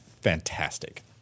fantastic